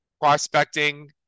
prospecting